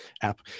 app